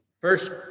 first